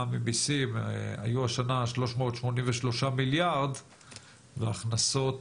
ממסים היו השנה 383 מיליארד וההכנסות